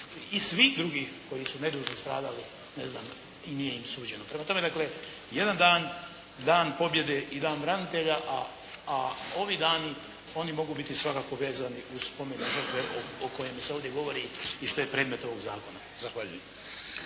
i svih drugih koji su nedužno stradali i nije im suđeno. Prema tome, jedan dan Dan pobjede i Dan branitelja a ovi dani, oni mogu biti svakako vezani uz spomen na žrtve o kojima se ovdje govori i što je predmet ovog zakona. Zahvaljujem.